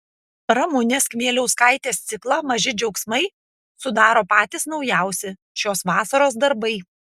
ramunės kmieliauskaitės ciklą maži džiaugsmai sudaro patys naujausi šios vasaros darbai